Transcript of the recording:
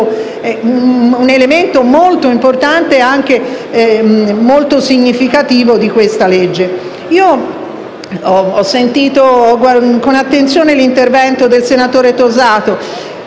un elemento molto importante e anche molto significativo del provvedimento. Ho ascoltato con attenzione l'intervento del senatore Tosato,